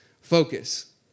focus